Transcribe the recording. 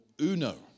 uno